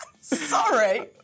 sorry